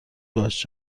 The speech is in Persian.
باش